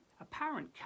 Apparent